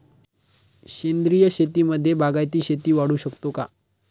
सेंद्रिय शेतीमध्ये बागायती शेती वाढवू शकतो का?